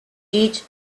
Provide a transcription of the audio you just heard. each